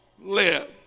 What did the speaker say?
live